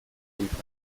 kontra